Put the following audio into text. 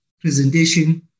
presentation